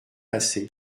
passer